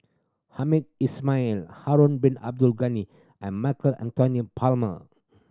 Hamed Ismail Harun Bin Abdul Ghani and Michael Anthony Palmer